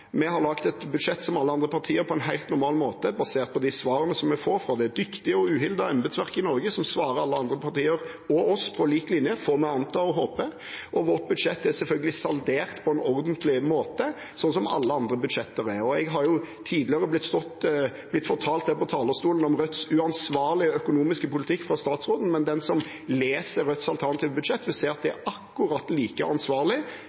Vi har laget et budsjett, som alle andre partier, på en helt normal måte, basert på de svarene som vi får fra det dyktige og uhildede embetsverket i Norge, som svarer alle andre partier og oss på lik linje – får vi anta og håpe. Vårt budsjett er selvfølgelig saldert på en ordentlig måte, slik som alle andre budsjetter er. Jeg har tidligere blitt fortalt fra statsråden fra talerstolen om Rødts uansvarlige økonomiske politikk, men den som leser Rødts alternative budsjett, vil se at det er akkurat like ansvarlig